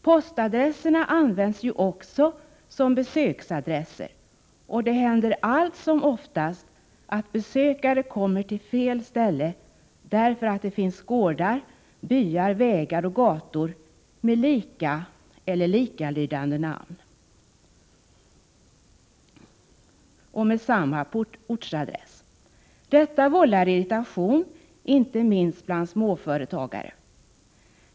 Postadresserna används ju också som besöksadresser, och det händer allt som oftast att besökare kommer till fel ställe därför att det finns gårdar, byar, vägar och gator med samma eller liknande namn och med samma ortsadress. Detta vållar irritation, inte minst bland småföretagare.